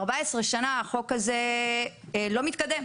14 שנה החוק הזה לא מתקדם.